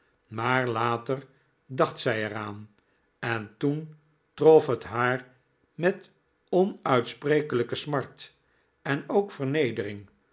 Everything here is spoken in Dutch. maar later dacht zij er aan en toen trof het haar met onuitsprekelijke smart en ook vernedering